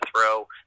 throw